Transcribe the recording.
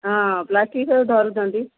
ହଁ ପ୍ଲାଷ୍ଟିକ୍ ସବୁ ଧରୁଛନ୍ତି